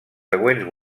següents